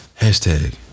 hashtag